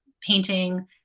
painting